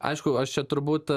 aišku aš čia turbūt